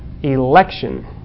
election